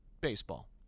baseball